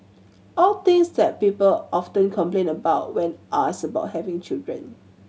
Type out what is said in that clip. all things that people often complain about when asked about having children